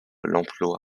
l’emploi